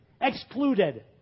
excluded